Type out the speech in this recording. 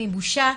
מבושה,